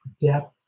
depth